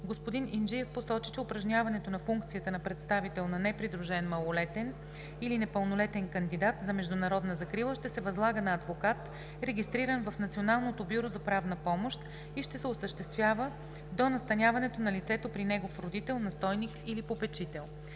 господин Инджиев посочи, че упражняването на функцията на представител на непридружен малолетен или непълнолетен кандидат за международна закрила ще се възлага на адвокат, регистриран в Националното бюро за правна помощ, и ще се осъществява до настаняването на лицето при негов родител, настойник или попечител.